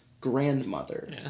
...grandmother